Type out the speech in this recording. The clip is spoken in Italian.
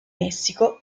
messico